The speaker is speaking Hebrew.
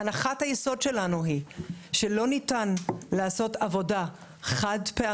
הנחת היסוד שלנו היא שלא ניתן לעשות עבודה חד-פעמית,